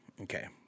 Okay